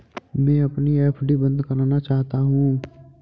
मैं अपनी एफ.डी बंद करना चाहता हूँ